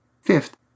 Fifth